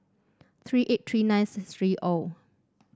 three eight three nine three O